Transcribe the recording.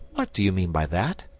what do you mean by that?